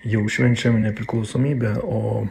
jau švenčiam nepriklausomybę o